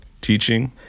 teaching